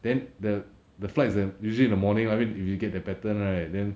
then the the flights is at usually in the morning I mean if you get the pattern right then